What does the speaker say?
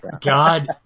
god